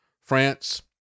France